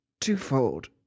Twofold